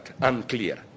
unclear